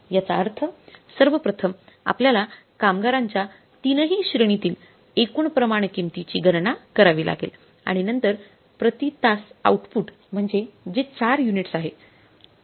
याचा अर्थ सर्वप्रथम आपल्याला कामगारांच्या तीनही श्रेणीतील एकूण प्रमाण किंमतीची गणना करावी लागेल आणि नंतर प्रति तास आउटपुट म्हणजे जे 4 युनिट्स आहे